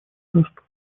доступа